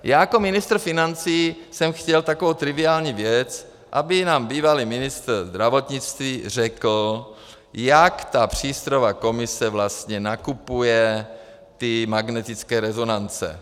Já jako ministr financí jsem chtěl takovou triviální věc, aby nám bývalý ministr zdravotnictví řekl, jak přístrojová komise vlastně nakupuje ty magnetické rezonance.